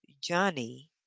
Johnny